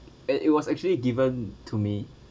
and it was actually given to me